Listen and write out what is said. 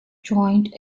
joined